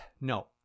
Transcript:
no